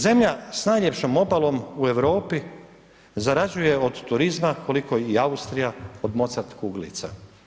Zemlja sa najljepšom obalom u Europi zarađuje od turizma koliko i Austrija od Mozart kuglica.